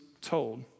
told